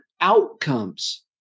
outcomes